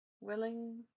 willing